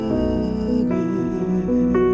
again